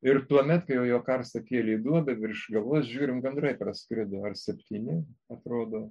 ir tuomet kai jo karstą kėlė į duobę virš galvos žiūrim gandrai praskrido ar septyni atrodo